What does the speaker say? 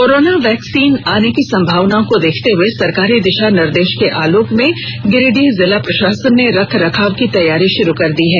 corona vaccine आने की संभावनाओं को देखते हुए सरकारी दिशा निर्देश के आलोक में गिरिडीह जिला प्रशासन ने रखरखाव की तैयारी शुरू कर दी है